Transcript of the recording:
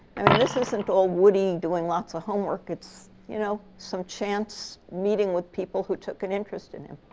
i mean, this isn't all woodie doing lots of homework. it's you know some chance meeting with people who took an interest in him.